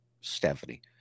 Stephanie